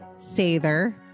Sather